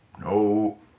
No